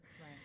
Right